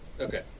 Okay